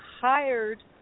hired